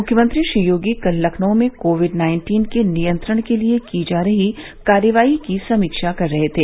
मुख्यमंत्री श्री योगी कल लखनऊ में कोविड नाइन्टीन के नियंत्रण के लिए की जा रही कार्रवाई की समीक्षा कर रहे थे